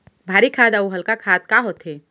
भारी खाद अऊ हल्का खाद का होथे?